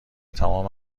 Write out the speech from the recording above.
تمام